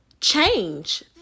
change